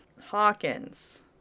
hawkins